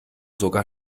sogar